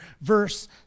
Verse